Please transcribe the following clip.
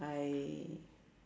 I